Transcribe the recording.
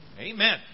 Amen